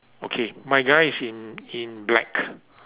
okay my guy is in in black